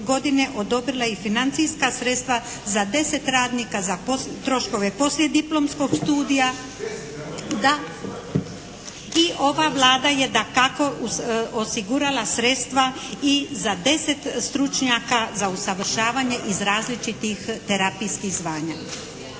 godine odobrila i financijska sredstva za 10 radnika za troškove poslijediplomskog studija … …/Upadica se ne čuje./… I ova Vlada je dakako osigurala sredstva i za 10 stručnjaka za usavršavanje iz različitih terapijskih zvanja.